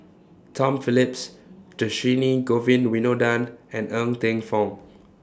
Tom Phillips Dhershini Govin Winodan and Ng Teng Fong